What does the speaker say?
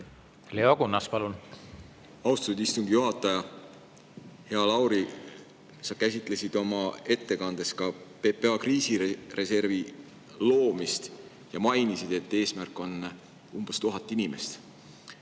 Leo Kunnas, palun! Austatud istungi juhataja! Hea Lauri! Sa käsitlesid oma ettekandes ka PPA kriisireservi loomist ja mainisid, et eesmärk on umbes 1000 inimest.